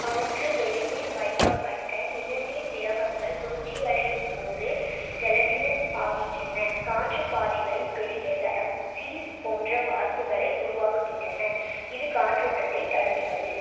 காற்றுவெளியில் வைக்கப்பட்ட நிணநீர் திரவங்கள் குளிர்ச்சியடையும் போது ஜெலட்டினஸ் ஆகின்றன காற்றுப்பாதைகளின் பெரிய சரம் சீஸ் போன்ற வார்ப்புகளை உருவாக்குகின்றன இது காற்றோட்டத்தைத் தடுக்கிறது